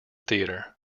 theatre